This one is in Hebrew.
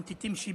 או כשאתה נוכח,